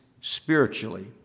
spiritually